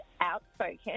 outspoken